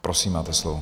Prosím, máte slovo.